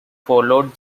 followed